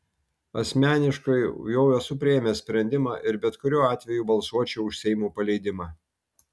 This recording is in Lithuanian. asmeniškai jau esu priėmęs sprendimą ir bet kuriuo atveju balsuočiau už seimo paleidimą